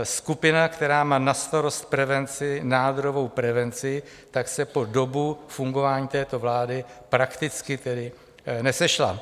Skupina, která má na starost prevenci, nádorovou prevenci, se po dobu fungování této vlády prakticky nesešla.